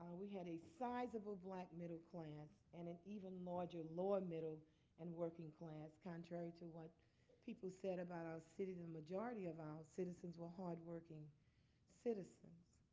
we had a sizable black middle class and an even larger lower middle and working class. contrary to what people said about our city, the majority of our citizens were hardworking citizens.